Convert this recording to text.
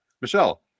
Michelle